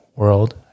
world